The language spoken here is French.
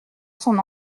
son